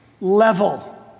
level